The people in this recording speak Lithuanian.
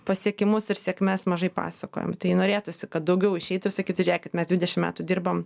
pasiekimus ir sėkmes mažai pasakojam tai norėtųsi kad daugiau išeitų ir sakytų žiūrėkit mes dvidešim metų dirbam